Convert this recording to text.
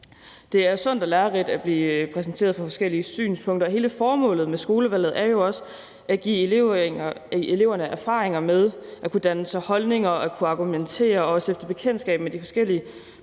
Det er jo sundt og lærerigt at blive præsenteret for forskellige synspunkter, og hele formålet med skolevalget er også at give eleverne erfaringer med at kunne danne sig holdninger og kunne argumentere og stifte bekendtskab med de forskellige